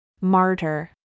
Martyr